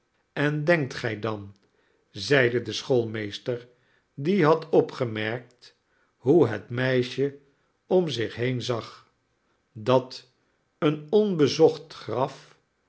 en denkt gij dan zeide de schoolmeester die had opgemerkt hoe het meisje om zich heen zag dat een onbezocht graf